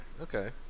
okay